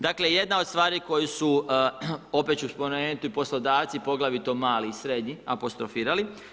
Dakle jedna od stvari koju su, opet ću spomenuti i poslodavci, poglavito mali i srednji apostrofirali.